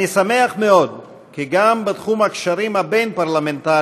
אני שמח מאוד כי גם בתחום הקשרים הבין-פרלמנטריים